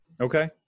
Okay